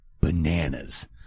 bananas